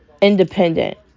independent